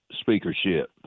speakership